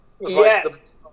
Yes